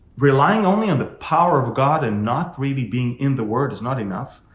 relying only on the power of god and not really being in the word is not enough.